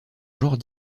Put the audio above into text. genre